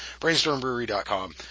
brainstormbrewery.com